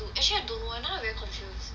actually I don't know now I very confused